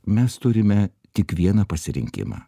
mes turime tik vieną pasirinkimą